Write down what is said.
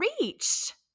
reached